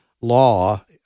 law